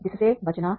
जिससे बचना है